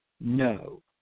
No